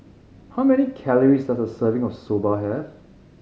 how many calories does a serving of Soba have